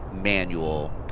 manual